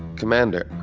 commander,